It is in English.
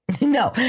No